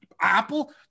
Apple